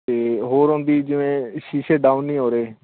ਅਤੇ ਹੋਰ ਉਹਦੀ ਜਿਵੇਂ ਸ਼ੀਸ਼ੇ ਡਾਊਨ ਨਹੀਂ ਹੋ ਰਹੇ